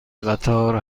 قطار